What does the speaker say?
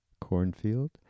Cornfield